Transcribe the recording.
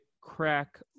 crack